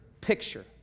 picture